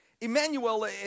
Emmanuel